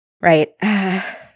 Right